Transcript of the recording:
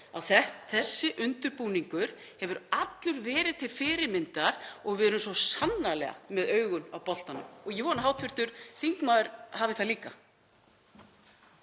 þessi undirbúningur hefur allur verið til fyrirmyndar og við erum svo sannarlega með augun á boltanum. Ég vona að hv. þingmaður geri það líka.